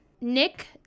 Nick